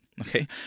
Okay